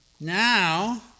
now